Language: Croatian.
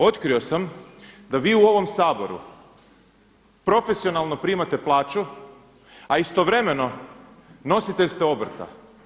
Otkrio sam da vi u ovom Saboru profesionalno primate plaću a istovremeno nositelj ste obrta.